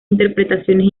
interpretaciones